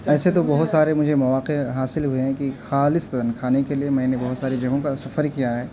ایسے تو بہت سارے مجھے مواقع حاصل ہوئے ہیں کہ خالص کھانے کے لیے میں نے بہت ساری جگہوں کا سفر کیا ہے